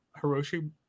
Hiroshi